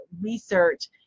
research